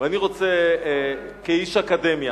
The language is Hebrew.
אני רוצה, כאיש אקדמיה,